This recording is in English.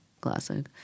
Classic